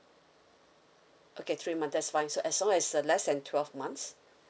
okay three month that's fine so as long as uh less than twelve months